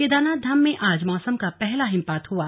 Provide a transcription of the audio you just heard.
केदारनाथ धाम में आज मौसम का पहला हिमपात हुआ